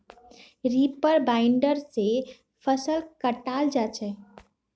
reaper binder से फसल कटाल जा छ